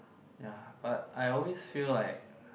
ya but I always feel like